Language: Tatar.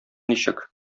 ничек